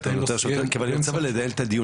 בתוך צה"ל אנחנו מדברים על מאמץ של הגנת המחנות,